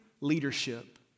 leadership